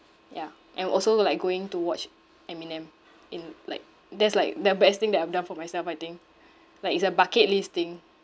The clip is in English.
yeah and also like going to watch eminem in like that's like the best thing that I've done for myself I think like it's a bucket list thing